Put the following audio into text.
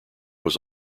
was